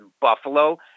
Buffalo